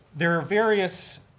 there are various